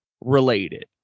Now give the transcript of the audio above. related